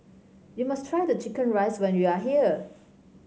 you must try the chicken rice when you are here